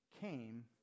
came